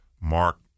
Mark